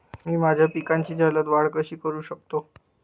मी माझ्या पिकांची जलद वाढ कशी करू शकतो?